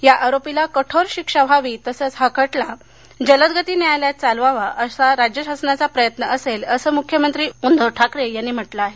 या आरोपीला कठोर शिक्षा व्हावी तसंच हा खटला जलदगती न्यायालयात चालावा असा राज्य शासनाचा प्रयत्न असेल असं मुख्यमंत्री उद्धव ठाकरे यांनी म्हटलं आहे